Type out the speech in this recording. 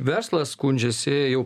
verslas skundžiasi jau